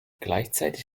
gleichzeitig